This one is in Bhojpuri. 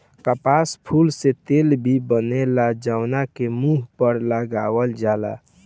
कपास फूल से तेल भी बनेला जवना के मुंह पर लगावल जाला